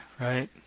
right